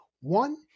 One